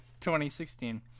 2016